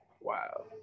Wow